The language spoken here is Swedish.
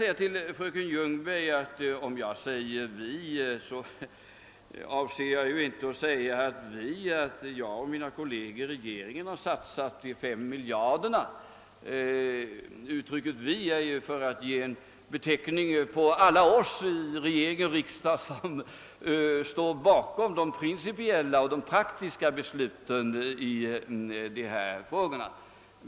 Om jag, fröken Ljungberg, säger »vi» avser jag inte att jag och mina kolleger i regeringen satsat de 5 miljarderna. Uttrycket »vi» är en beteckning på alla i regering och riksdag som står bakom de principiella och praktiska besluten i dessa frågor.